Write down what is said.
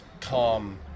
calm